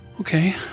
Okay